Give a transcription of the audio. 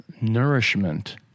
nourishment